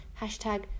hashtag